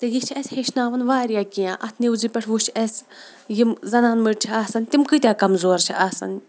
تہٕ یہِ چھِ اَسہِ ہیٚچھناوَن واریاہ کینٛہہ اَتھ نِوزِ پٮ۪ٹھ وٕچھ اَسہِ یِم زنان مٔڈۍ چھِ آسان تِم کۭتیٛاہ کمزور چھِ آسان